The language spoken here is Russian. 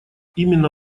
именно